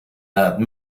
edad